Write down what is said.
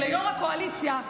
יו"ר הקואליציה,